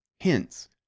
Hence